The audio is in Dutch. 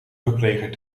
verpleger